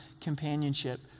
companionship